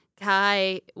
Kai